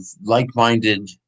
like-minded